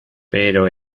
pero